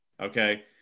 Okay